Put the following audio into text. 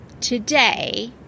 today